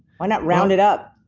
why not round it up?